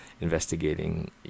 investigating